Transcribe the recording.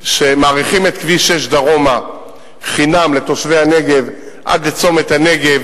שמאריכים את כביש 6 דרומה חינם לתושבי הנגב עד לצומת הנגב.